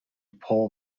pull